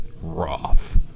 rough